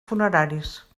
funeraris